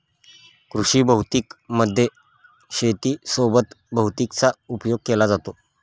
कृषी भौतिकी मध्ये शेती सोबत भैतिकीचा उपयोग केला जातो